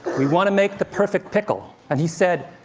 we want to make the perfect pickle. and he said,